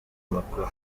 makuru